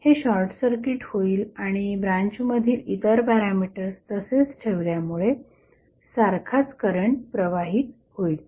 हे शॉर्टसर्किट होईल आणि ब्रांचमधील इतर पॅरामीटर्स तसेच ठेवल्यामुळे सारखाच करंट प्रवाहित होईल